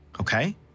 Okay